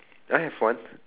I have one